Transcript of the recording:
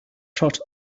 trot